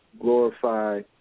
glorify